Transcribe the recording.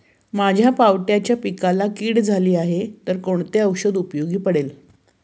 माझ्या पावट्याच्या पिकाला कीड झाली आहे तर कोणते औषध उपयोगी पडेल?